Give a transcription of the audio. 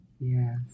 Yes